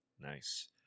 nice